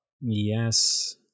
Yes